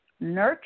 nurture